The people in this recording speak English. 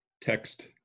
text